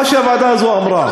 למה שהוועדה הזאת אמרה.